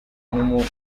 n’umuhanzi